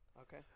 Okay